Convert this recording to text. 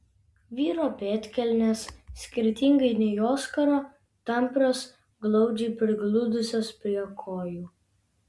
vyro pėdkelnės skirtingai nei oskaro tamprios glaudžiai prigludusios prie kojų